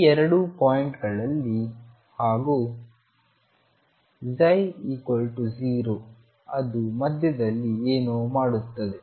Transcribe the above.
ಈ ಎರಡು ಪಾಯಿಂಟ್ ಗಳಲ್ಲಿ ψ0 ಹಾಗೂ ಅದು ಮಧ್ಯದಲ್ಲಿ ಏನೋ ಮಾಡುತ್ತದೆ